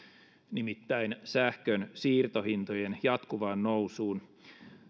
nimittäin sähkönsiirtohintojen jatkuvaan nousuun